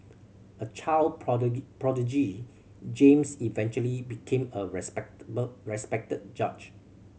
a child prodigy James eventually became a respected judge